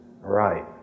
Right